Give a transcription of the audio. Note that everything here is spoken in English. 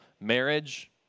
marriage